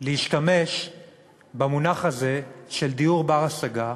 להשתמש במונח הזה, דיור בר-השגה,